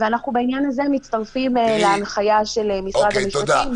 ובעניין הזה אנחנו מצטרפים להנחיה של משרד המשפטים.